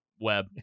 web